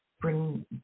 bring